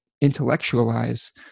intellectualize